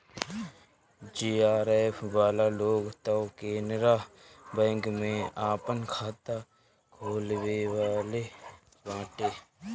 JRF वाला लोग तअ केनरा बैंक में आपन खाता खोलववले बाटे